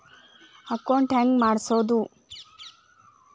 Account ಹೆಂಗ್ ಮಾಡ್ಸೋದು?